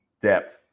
depth